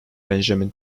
benjamin